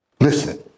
Listen